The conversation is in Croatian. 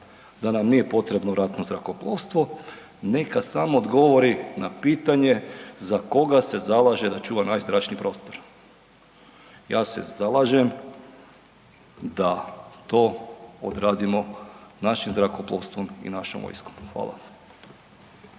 da nam nije potrebno ratno zrakoplovstvo neka samo odgovori na pitanje za koga se zalaže da čuva najzračniji prostor? Ja se zalažem da to odradimo našim zrakoplovstvom i našom vojskom. Hvala.